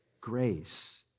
Grace